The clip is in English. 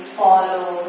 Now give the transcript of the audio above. follow